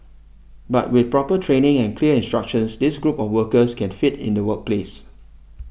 but with proper training and clear instructions this group of workers can fit in the workplace